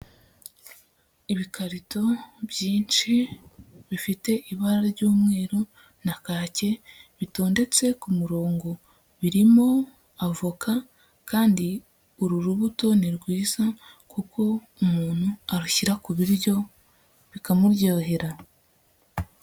Ibikarito byinshi bifite ibara ry'umweru na kake bitondetse ku murongo. Birimo avoka kandi uru rubuto ni rwiza kuko umuntu arushyira ku biryo bikamuryohera.